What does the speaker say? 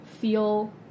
feel